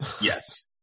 yes